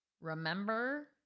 Remember